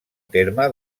terme